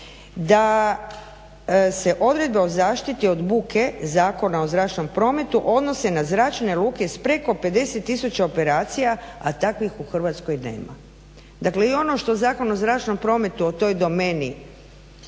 da se odredba o zaštiti od buke Zakona o zračnom prometu odnose na zračne luke s preko 50 000 operacija, a takvih u Hrvatskoj nema. Dakle i ono što Zakon o zračnom prometu o toj domeni